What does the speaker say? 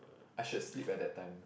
I should sleep at that time